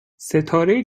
ستاره